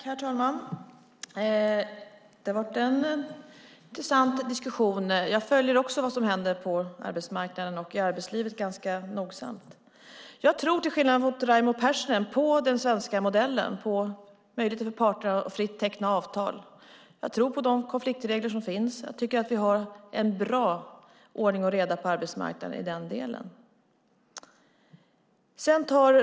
Herr talman! Det har varit en intressant diskussion. Också jag följer vad som händer på arbetsmarknaden och i arbetslivet ganska nogsamt. Jag tror till skillnad mot Raimo Pärssinen på den svenska modellen - på möjligheterna för parterna att fritt teckna avtal. Jag tror på de konfliktregler som finns. Jag tycker att vi har en bra ordning och reda på arbetsmarknaden i den delen.